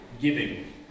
Giving